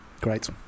great